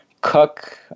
cook